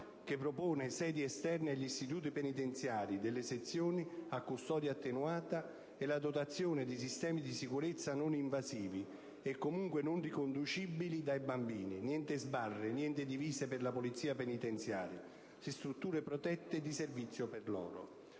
che propone sedi esterne agli istituti penitenziari delle sezioni a custodia attenuata e la dotazione di sistemi di sicurezza non invasivi e comunque non riconoscibili dai bambini (niente sbarre, niente divise per la polizia penitenziaria) e strutture protette e di servizio per loro.